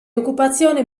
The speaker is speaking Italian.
occupazione